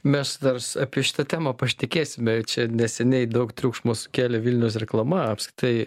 mes dar apie šitą temą pašnekėsime čia neseniai daug triukšmo sukėlė vilniaus reklama apskritai